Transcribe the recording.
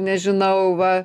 nežinau va